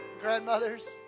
grandmothers